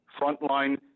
frontline